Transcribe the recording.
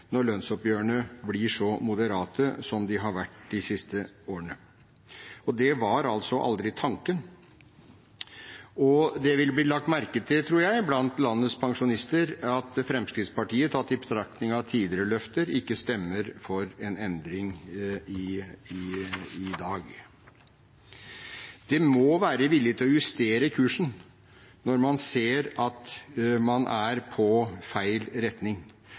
når lønnsoppgjørene blir så moderate som de har vært de siste årene. Det var aldri tanken. Og det vil bli lagt merke til – tror jeg – blant landets pensjonister at Fremskrittspartiet, tatt i betraktning tidligere løfter, ikke stemmer for en endring i dag. Det må være vilje til å justere kursen når man ser at man går i feil retning.